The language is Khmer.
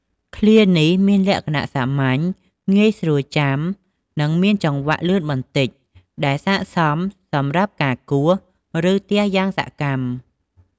ឃ្លានេះមានលក្ខណៈសាមញ្ញ ងាយស្រួលចាំ និងមានចង្វាក់លឿនបន្តិច ដែលស័ក្តិសមសម្រាប់ការគោះ ឬទះយ៉ាងសកម្ម។